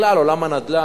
בכלל, עולם הנדל"ן,